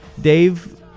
Dave